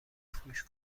فروش